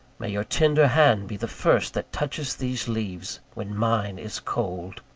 may your tender hand be the first that touches these leaves, when mine is cold!